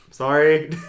Sorry